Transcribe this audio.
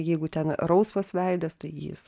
jeigu ten rausvas veidas tai jis